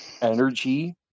energy